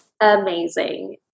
amazing